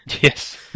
Yes